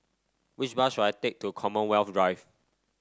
which bus should I take to Commonwealth Drive